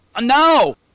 No